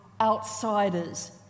outsiders